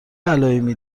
علائمی